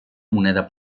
moneda